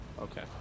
Okay